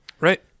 Right